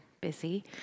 busy